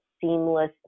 seamless